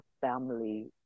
family